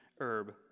herb